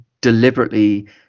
deliberately